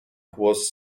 was